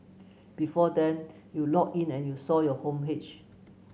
before then you logged in and saw your homepage